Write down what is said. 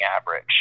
average